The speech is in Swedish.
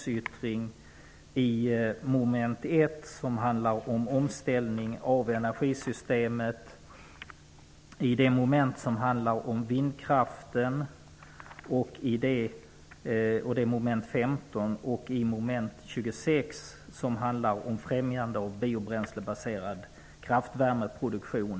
Slutligen vill jag yrka bifall till min egen meningsyttring under mom. 1, som handlar om omställningen av energisystemet, under mom. 26 som handlar om främjande av biobränslebaserad kraftvärmeproduktion.